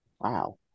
wow